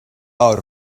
out